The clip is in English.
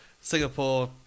Singapore